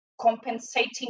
compensating